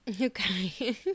okay